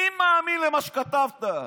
מי מאמין למה שכתבת?